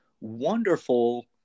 wonderful